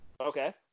Okay